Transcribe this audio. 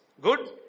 good